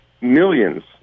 millions